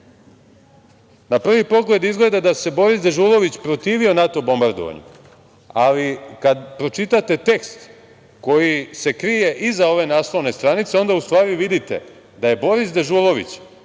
Na prvi pogled izgleda da se Boris Dežulović protivio NATO bombardovanju, ali kada pročitate tekst koji se krije iza ove naslovne stranice onda u stvari vidite da je Boris Dežulović